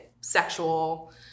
sexual